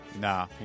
Nah